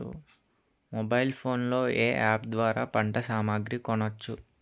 Mobile phone లో ఏ app ద్వారా పంట సామాగ్రి కొనచ్చు?